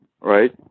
right